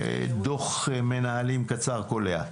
דוח מנהלים קצר וקולע.